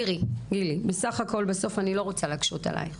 גילי, אני לא רוצה להקשות עלייך.